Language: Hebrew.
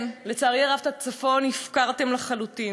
כן, לצערי הרב, את הצפון הפקרתם לחלוטין.